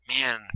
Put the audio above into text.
man